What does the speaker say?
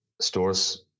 stores